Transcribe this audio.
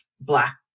black